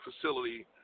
facility